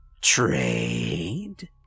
Trade